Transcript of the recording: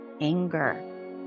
anger